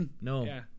No